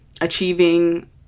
achieving